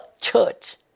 church